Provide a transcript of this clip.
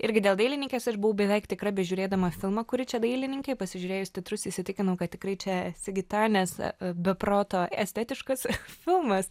irgi dėl dailininkės aš buvau beveik tikra bežiūrėdama filmą kuri čia dailininkė pasižiūrėjus titrus įsitikinau kad tikrai čia sigita nes be proto estetiškas filmas